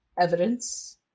evidence